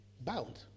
bound